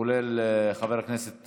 כולל חבר הכנסת